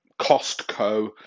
Costco